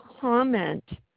comment